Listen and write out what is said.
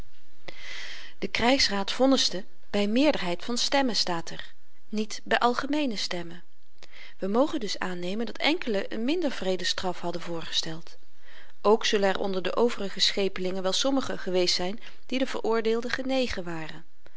de krygsraad vonniste by meerderheid van stemmen staat er niet by algemeene stemmen we mogen dus aannemen dat enkelen een minder wreede straf hadden voorgesteld ook zullen er onder de overige schepelingen wel sommigen geweest zyn die den veroordeelde genegen waren